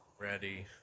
Ready